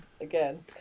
again